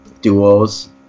duos